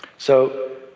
so,